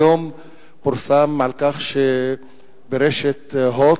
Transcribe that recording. היום פורסם שלרשת "הוט"